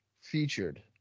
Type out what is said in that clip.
featured